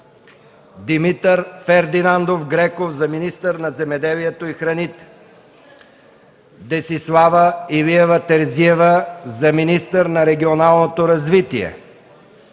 Димитър Фердинандов Греков за министър на земеделието и храните; - Десислава Илиева Терзиева за министър на регионалното развитие;